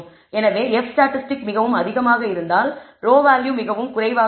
எனவே F statistic மிகவும் அதிகமாக இருந்தால் p வேல்யூ மிகவும் குறைவாக இருக்கும்